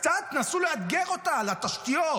קצת תנסו לאתגר אותה על התשתיות,